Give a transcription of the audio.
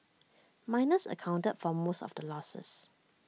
miners accounted for most of the losses